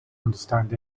understand